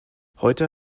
heute